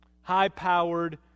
high-powered